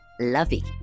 lovey